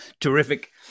terrific